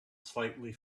slightly